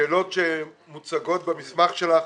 השאלות שמוצגות במסמך שלך